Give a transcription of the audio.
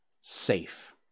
safe